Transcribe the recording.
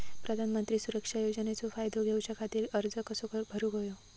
प्रधानमंत्री सुरक्षा योजनेचो फायदो घेऊच्या खाती अर्ज कसो भरुक होयो?